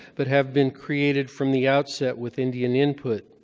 but have been created from the outset with indian input.